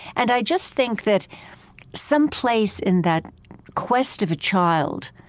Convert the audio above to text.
and i just think that some place in that quest of a child,